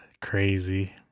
crazy